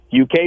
UK